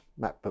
macbook